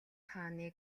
хааны